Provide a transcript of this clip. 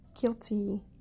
guilty